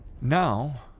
now